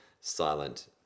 silent